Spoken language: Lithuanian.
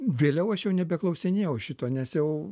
vėliau aš jau nebeklausinėjau šito nes jau